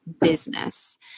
business